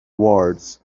words